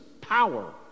power